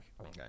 Okay